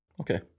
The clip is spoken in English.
Okay